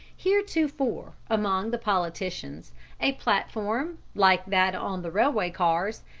heretofore among the politicians a platform, like that on the railway cars,